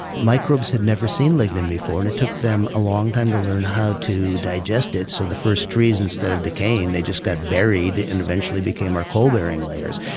microbes had never seen lignin before and it took them a long time to learn how to digest it so the first trees, instead of decaying, decaying, they just got buried and eventually became our coal bearing layers.